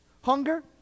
hunger